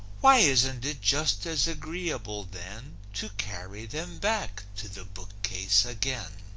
why isn't it just as agreeable then to carry them back to the bookcase again?